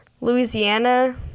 Louisiana